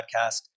Podcast